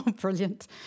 Brilliant